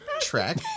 track